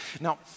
Now